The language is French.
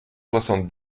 soixante